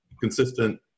consistent